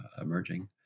emerging